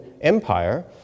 Empire